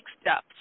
steps